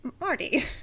Marty